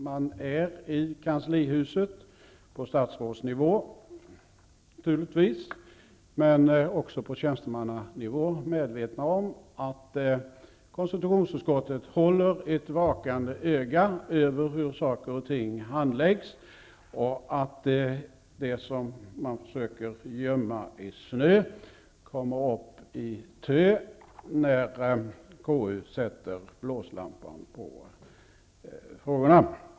Man är i kanslihuset, naturligtvis på statsrådsnivå men också på tjänstemannanivå, medveten om att konstitutionsutskottet håller ett vakande öga över hur saker och ting handläggs och att det som man försöker gömma i snö kommer upp i tö, när KU sätter blåslampan på frågorna.